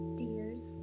dears